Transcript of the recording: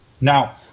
Now